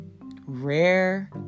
Rare